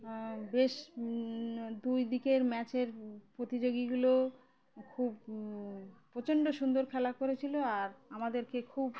বেশ দুই দিকের ম্যাচের প্রতিযোগীগুলো খুব প্রচণ্ড সুন্দর খেলা করেছিলো আর আমাদেরকে খুব